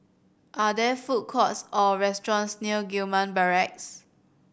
are there food courts or restaurants near Gillman Barracks